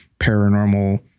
paranormal